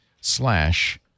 slash